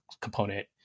component